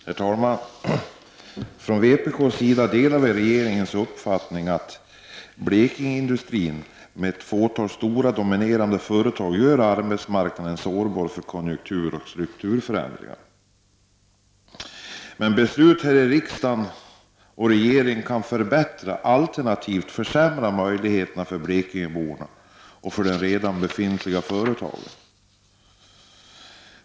Herr talman! Från vpk:s sida delar vi regeringens uppfattning att Blekingeindustrin, med ett fåtal dominerande företag, gör arbetsmarknaden sårbar för konjunkturoch strukturförändringar. Men beslut av riksdag och regering kan förbättra alternativt försämra möjligheterna för Blekingeborna och de redan befintliga företagen.